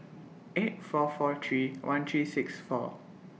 eight four four three one three six four